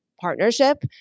partnership